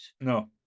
No